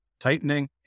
tightening